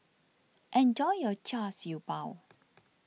enjoy your Char Siew Bao